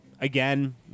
Again